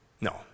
No